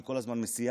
כי כל הזמן היא מסיעה.